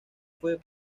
fue